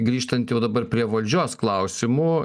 grįžtant jau dabar prie valdžios klausimų